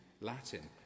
Latin